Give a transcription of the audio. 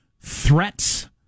Threats